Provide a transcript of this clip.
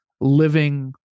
living